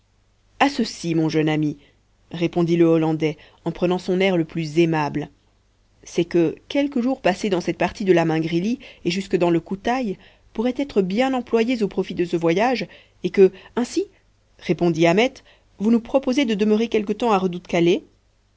a ceci mon jeune ami repondit le hollandais en prenant son air le plus aimable c'est que quelques jours passés dans cette partie de la mingrélie et jusque dans le koutaïs pourraient être bien employés au profit de ce voyage et que ainsi répondit ahmet vous nous proposez de demeurer quelque temps à